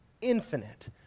infinite